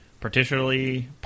partially